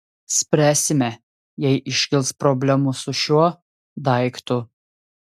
spręsime jei iškils problemų su šiuo daiktu